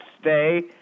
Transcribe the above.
stay